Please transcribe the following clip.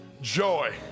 Joy